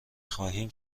خواهیم